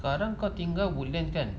sekarang kau tinggal woodlands kan